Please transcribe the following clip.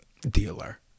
Dealer